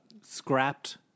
scrapped